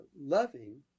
loving